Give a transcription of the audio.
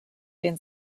den